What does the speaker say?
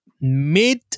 mid